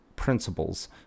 principles